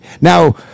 Now